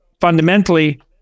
fundamentally